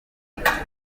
hagamijwe